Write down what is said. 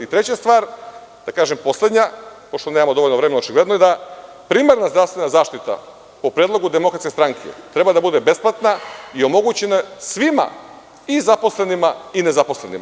Treća stvar, da kažem poslednja, pošto nemamo dovoljno vremena, očigledno je da primarna zdravstvena zaštita, po predlogu Demokratske stranke, treba da bude besplatna i da omogućena svima i zaposlenima i nezaposlenima.